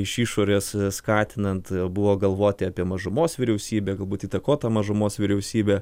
iš išorės skatinant buvo galvoti apie mažumos vyriausybę galbūt įtakotą mažumos vyriausybę